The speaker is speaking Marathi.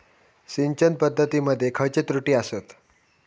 सिंचन पद्धती मध्ये खयचे त्रुटी आसत?